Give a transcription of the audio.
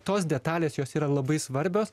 tos detalės jos yra labai svarbios